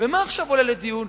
ומה עולה עכשיו לדיון?